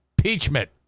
impeachment